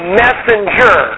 messenger